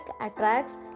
attracts